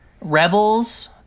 Rebels